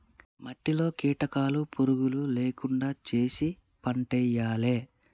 మట్టిలో కీటకాలు పురుగులు లేకుండా చేశి పంటేయాలే